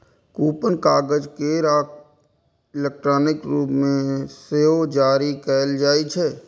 coupon कागज केर आ इलेक्ट्रॉनिक रूप मे सेहो जारी कैल जाइ छै